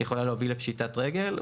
זה יכול להביא לפשיטת רגל,